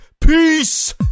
Peace